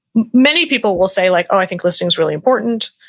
many people will say like, oh, i think listening is really important.